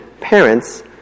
parents